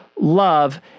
love